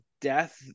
death